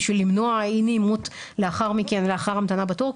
בשביל למנוע אי נעימות לאחר מכן אחרי המתנה בתור,